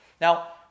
Now